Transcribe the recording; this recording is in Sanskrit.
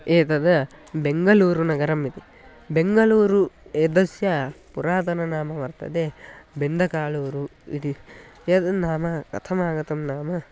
एतत् बेङ्गलूरुनगरम् इति बेङ्गलूरु एतस्य पुरातन नाम वर्तत् बेन्दकाळूरु इति यत् नाम कथमागतं नाम